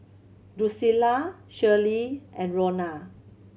Drusilla Shirley and Rona